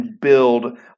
build